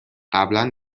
قبلا